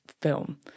film